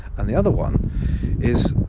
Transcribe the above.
and the other one is,